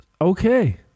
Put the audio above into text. Okay